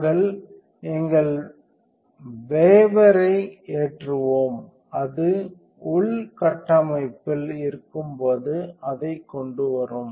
நாங்கள் எங்கள் வைவேர் ஐ ஏற்றுவோம் அது உள்கட்டமைப்பில் இருக்கும்போது அதை கொண்டு வரும்